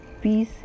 peace